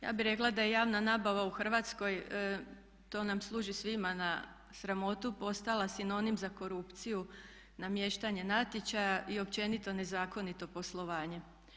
Ja bih rekla da je javna nabava u Hrvatskoj to nam služi svima na sramotu postala sinonim za korupciju, namještanje natječaja i općenito nezakonito poslovanje.